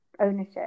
ownership